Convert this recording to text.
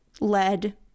lead